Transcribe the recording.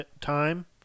time